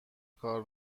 کار